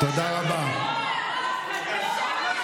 תכניסו לבסיס התקציב.